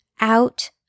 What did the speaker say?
out